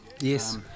Yes